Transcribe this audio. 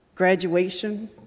Graduation